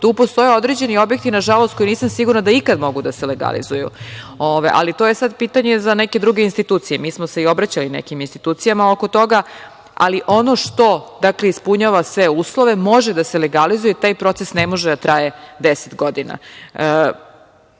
Tu postoje određeni objekti nažalost, koje nisam sigurna da ikad mogu da se legalizuju. To je sada pitanje za neke druge institucije. Mi smo se i obraćali nekim institucijama oko toga, ali ono što ispunjava sve uslove, može da se legalizuje i taj proces ne može da traje deset godina. Da